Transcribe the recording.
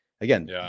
Again